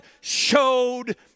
showed